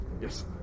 Yes